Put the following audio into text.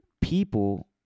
people